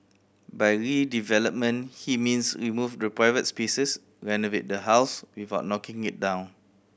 by redevelopment he means remove the privates spaces renovate the house without knocking it down